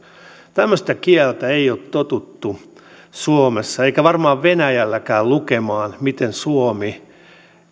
tämmöistä kieltä ei ole totuttu suomessa eikä varmaan venäjälläkään lukemaan miten suomi